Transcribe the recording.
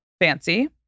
fancy